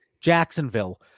Jacksonville